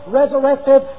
resurrected